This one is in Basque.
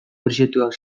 preziatuak